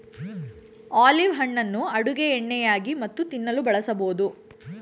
olive ಹಣ್ಣುಗಳನ್ನು ಅಡುಗೆ ಎಣ್ಣೆಯಾಗಿ ಮತ್ತು ತಿನ್ನಲು ಬಳಸಬೋದು